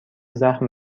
زخم